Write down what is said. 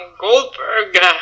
Goldberg